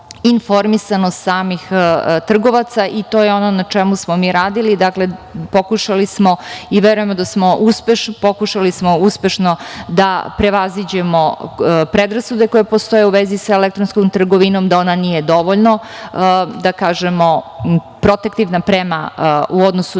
informisanost samih trgovaca i to je ono na čemu smo mi radili. Dakle, pokušali smo i verujemo da smo uspeli uspešno da prevaziđemo predrasude koje postoje u vezi sa elektronskom trgovinom, da ona nije dovoljno protektivna u odnosu